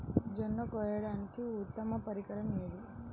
జొన్న కోయడానికి ఉత్తమ పరికరం ఏది?